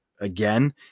again